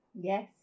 yes